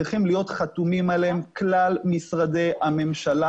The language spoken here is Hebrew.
צריכים להיות חתומים עליהם כלל משרדי הממשלה